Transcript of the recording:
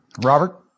Robert